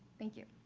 thank you.